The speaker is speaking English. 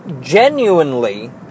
genuinely